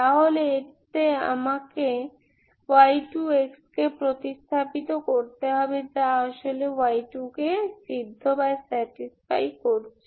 তাহলে এতে আমাকে y2 কে প্রতিস্থাপিত করতে হবে যা আসলে y2 কে সিদ্ধ করছে